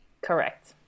Correct